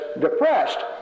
depressed